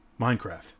Minecraft